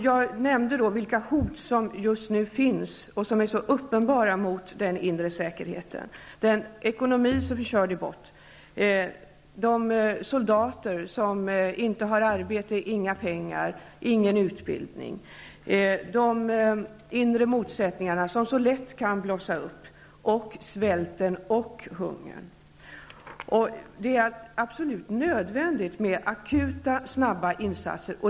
Jag nämnde vilka hot som just nu finns och som är så uppenbara mot den inre säkerheten, nämligen ekonomin som är körd i botten, de soldater som inte har pengar, arbete eller utbildning, inre motsättningar som så lätt kan blossa upp, svälten och hungern. Det är absolut nödvändigt med akuta, snabba insatser.